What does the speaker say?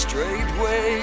Straightway